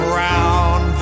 round